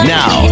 now